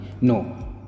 No